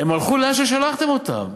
הם הלכו לאן ששלחתם אותם,